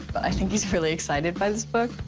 but i think he's really excited by this book.